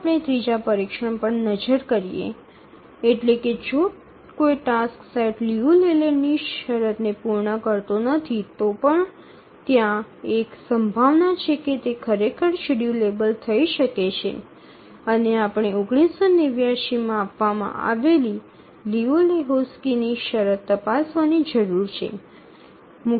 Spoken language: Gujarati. ચાલો આપણે ત્રીજા પરીક્ષણ પર નજર કરીએ એટલે કે જો કોઈ ટાસ્ક સેટ લિયુ લેલેન્ડની શરતને પૂર્ણ કરતો નથી તો ત્યાં પણ એક સંભાવના છે કે તે ખરેખર શેડ્યૂલેબલ થઈ શકે છે અને આપણે ૧૯૮૯ માં આપવામાં આવેલી લિયુ લેહોક્સ્કીની શરત તપાસવાની જરૂર છે